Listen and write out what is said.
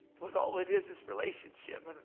but all it is is relationship,